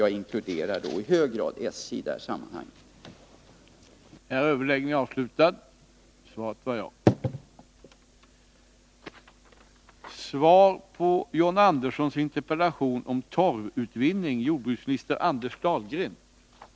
Jag inkluderar i det sammanhanget i hög grad SJ.